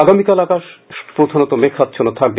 আগামীকাল আকাশ সাধারনত মেঘাচ্ছন্ন থাকবে